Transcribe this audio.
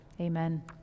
Amen